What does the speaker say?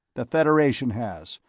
the federation has,